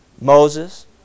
Moses